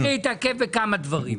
הם יכולים להתעכב בכמה דברים,